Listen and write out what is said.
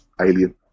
Alien